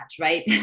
right